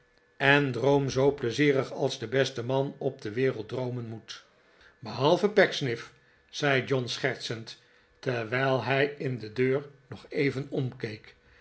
en droom zoo pleizierig als de beste man op de wereld droomen moet behalve pecksniff zei john schertsend terwijl hij in de deur nog even omkeek